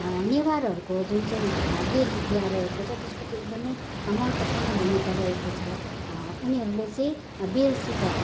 नेवारहरूको जुन चाहिँ बेली विवाह रहेको छ त्यसको चाहिँ एकदम महत्त्वपूर्ण भूमिका रहेको छ उनीहरूले चाहिँ बेलसित